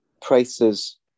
prices